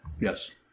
Yes